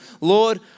Lord